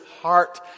heart